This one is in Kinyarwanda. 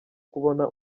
kubona